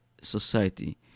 society